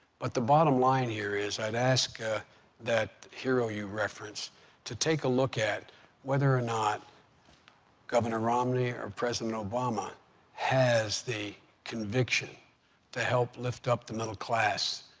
but the bottom line here is i'd ask ah that hero you reference to take a look at whether or not governor romney or president obama has the conviction to help lift up the middle class,